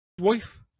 wife